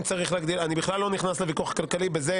אם צריך להגדיל ואני בכלל לא נכנס לוויכוח הכלכלי כי בזה